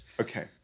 Okay